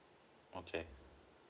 okay